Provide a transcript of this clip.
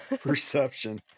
perception